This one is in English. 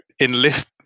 enlist